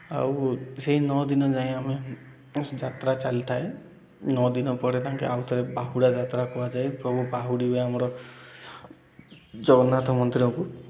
ଆଉ ସେଇ ନଅ ଦିନ ଯାଏ ଆମେ ଯାତ୍ରା ଚାଲିଥାଏ ନଅ ଦିନ ପରେ ତାଙ୍କେ ଆଉ ଥରେ ବାହୁଡ଼ା ଯାତ୍ରା କୁହାଯାଏ ପ୍ରଭୁ ବାହୁଡ଼ି ବି ଆମର ଜଗନ୍ନାଥ ମନ୍ଦିରକୁ